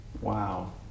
Wow